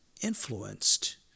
influenced